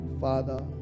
Father